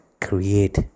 create